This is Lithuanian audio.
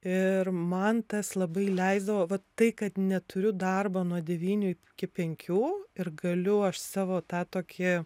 ir man tas labai leisdavo vat tai kad neturiu darbo nuo devynių ipki penkių ir galiu aš savo tą tokį